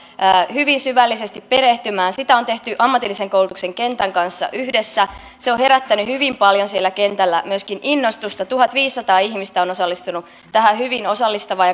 hyvin syvällisesti perehtymään sitä on tehty ammatillisen koulutuksen kentän kanssa yhdessä se on herättänyt hyvin paljon siellä kentällä myöskin innostusta tuhatviisisataa ihmistä on osallistunut tähän hyvin osallistavaan